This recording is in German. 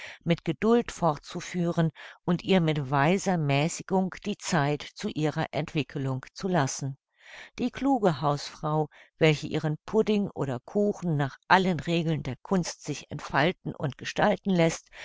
mit geduld fortzuführen und ihr mit weiser mäßigung die zeit zu ihrer entwickelung zu lassen die kluge hausfrau welche ihren pudding oder kuchen nach allen regeln der kunst sich entfalten und gestalten läßt